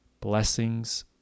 Blessings